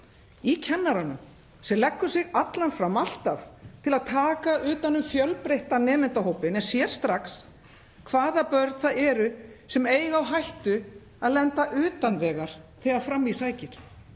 Í kennaranum sem leggur sig allan fram til að taka utan um fjölbreyttan nemendahópinn en sér strax hvaða börn það eru sem eiga á hættu að lenda utan vegar þegar fram í sækir.